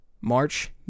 March